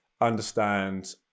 understand